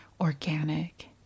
organic